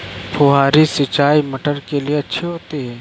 फुहारी सिंचाई मटर के लिए अच्छी होती है?